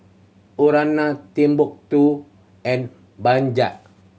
Urana Timbuk Two and Bajaj